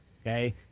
okay